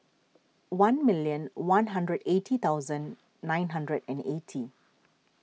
one million one hundred eighty thousand nine hundred and eighty